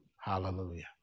Hallelujah